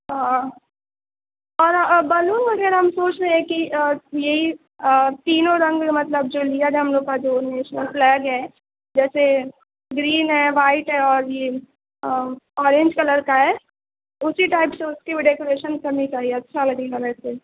ہاں اور اور بلون وغیرہ ہم سوچ رہے ہیں کہ یہ تینوں رنگ مطلب جو انڈیا کا ہم لوگوں کا جو نیشنل فلیگ ہے جیسے گرین ہے وائٹ ہے اور یہ اورینج کلر کا ہے اسی ٹائپ سے اس کی وہ ڈیکوریشن کرنی چاہیے اچھا لگے گا وہ اسٹیج